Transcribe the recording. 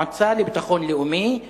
מועצה לביטחון לאומי,